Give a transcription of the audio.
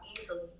easily